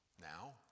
now